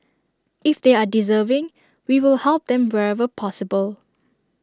if they are deserving we will help them wherever possible